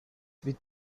with